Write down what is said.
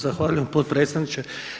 Zahvaljujem potpredsjedniče.